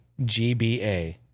GBA